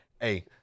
hey